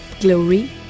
Glory